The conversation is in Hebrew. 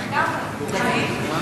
חבר הכנסת דוד רותם,